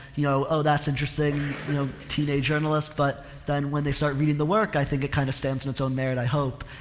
you know, oh, that's interesting, you know, teenaged journalist but then when they start reading the work i think it kind of stands on its own merit i hope.